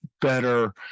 better